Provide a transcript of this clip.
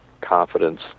confidence